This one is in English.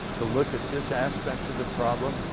to look at this aspect of the problem.